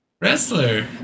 Wrestler